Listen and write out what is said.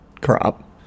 crop